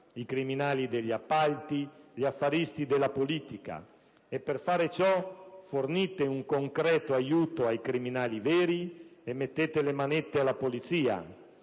i criminali degli appalti, gli affaristi della politica, e per fare ciò fornite un concreto aiuto ai criminali veri e mettete le manette alla polizia,